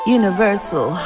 universal